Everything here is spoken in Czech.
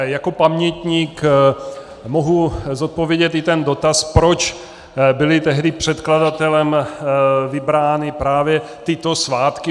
Jako pamětník mohu zodpovědět i ten dotaz, proč byly tehdy předkladatelem vybrány právě tyto svátky.